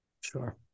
Sure